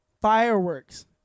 Fireworks